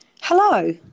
Hello